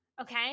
Okay